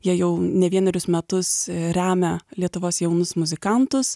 jie jau ne vienerius metus remia lietuvos jaunus muzikantus